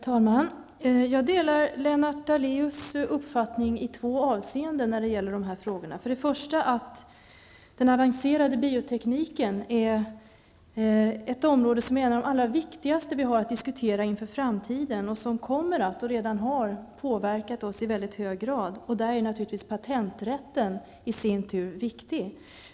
Herr talman! Jag delar Lennart Daléus uppfattning i två avseenden i detta sammanhang. För det första är den avancerade biotekniken ett område som är ett av de allra viktigaste som vi har att diskutera inför framtiden och som kommer att påverka, och redan har påverkat, oss i mycket hög grad. I detta sammanhang är naturligtvis patenträtten i sin tur viktig.